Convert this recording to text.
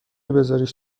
بزاریش